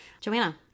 joanna